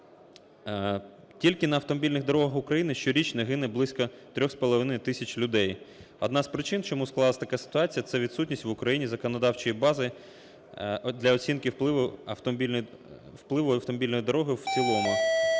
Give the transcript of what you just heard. Тільки на автомобільних дорогах України щорічно гине близько 3,5 тисяч людей. Одна з причин, чому склалась така ситуація, це відсутність в Україні законодавчої бази для оцінки впливу автомобільної дороги в цілому.